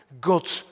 God